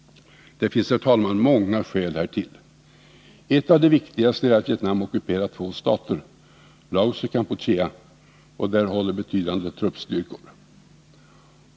Det finns, herr talman, många skäl härtill. Ett av de viktigaste är att Vietnamn ockuperat två stater, Laos och Kampuchea, och där håller betydande truppstyrkor.